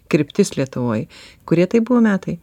kryptis lietuvoj kurie taip buvo metai